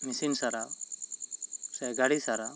machine ᱥᱟᱨᱟᱣ ᱥᱮ ᱜᱟᱹᱰᱤ ᱥᱟᱨᱟᱣ